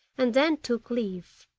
and then took leave.